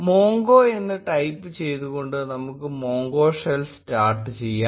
Mongo എന്ന് type ചെയ്തുകൊണ്ട് നമുക്ക് മോംഗോ ഷെൽ സ്റ്റാർട്ട് ചെയ്യാം